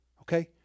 okay